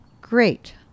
great